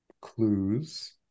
clues